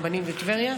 רבנים וטבריה,